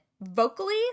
vocally